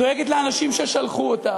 דואגת לאנשים ששלחו אותך?